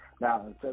Now